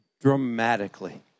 Dramatically